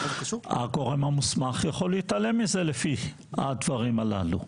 הגורם המוסמך יכול להתעלם מזה לפי הדברים הללו.